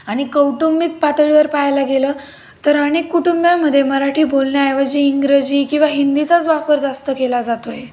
आणि कौटुंबिक पातळीवर पाहायला गेलं तर अनेक कुटुंबांमध्ये मराठी बोलण्याऐवजी इंग्रजी किंवा हिंदीचाच वापर जास्त केला जातो आहे